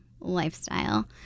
lifestyle